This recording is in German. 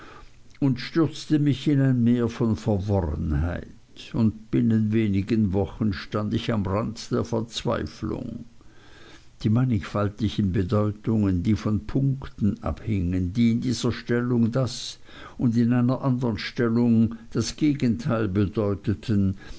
und stürzte mich in ein meer von verworrenheit und binnen wenigen wochen stand ich am rand der verzweiflung die mannigfaltigen bedeutungen die von punkten abhingen die in dieser stellung das und in einer andern das gegenteil bedeuteten